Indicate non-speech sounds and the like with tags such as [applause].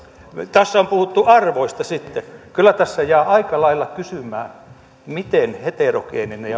tässä on sitten puhuttu arvoista kyllä tässä jää aika lailla kysymään miten heterogeeninen [unintelligible]